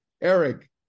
Eric